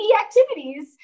activities